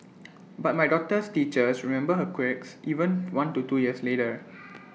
but my daughter's teachers remember her quirks even one to two years later